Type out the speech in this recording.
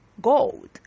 gold